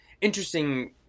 interesting